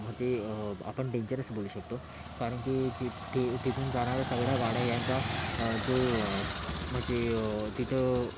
म्ह ते आपण ते डेंजरस बोलू शकतो कारण की तिथून जाणाऱ्या सगळ्या गाड्या याचा तो म्हणजे तिथं